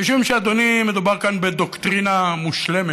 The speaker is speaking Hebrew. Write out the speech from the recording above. משום, אדוני, שמדובר כאן בדוקטרינה מושלמת.